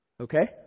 Okay